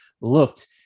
looked